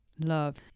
love